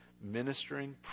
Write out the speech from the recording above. ministering